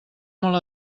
molt